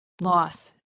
loss